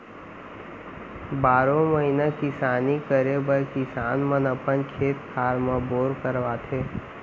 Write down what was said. बारो महिना किसानी करे बर किसान मन अपन खेत खार म बोर करवाथे